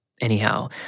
Anyhow